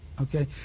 okay